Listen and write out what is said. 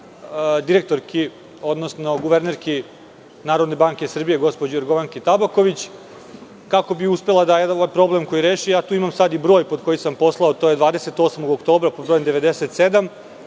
direktorki, odnosno guvernerki Narodne banke Srbije gospođi Jorgovanki Tabaković, kako bi uspela da ovaj problem reši. Imam i broj pod kojim sam poslao. To je 28. oktobra pod brojem 97.